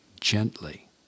gently